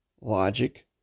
logic